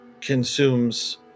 consumes